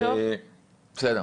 בסדר.